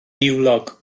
niwlog